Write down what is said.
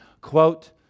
Quote